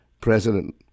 president